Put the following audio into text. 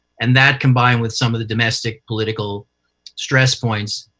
and that, combined with some of the domestic political stress points,